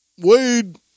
Wade